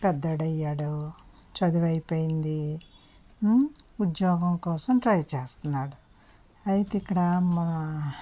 పెద్ద వాడయ్యాడు చదువు అయిపోయింది ఉద్యోగం కోసం ట్రై చేస్తున్నాడు అయితే ఇక్కడ మన